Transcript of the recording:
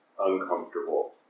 uncomfortable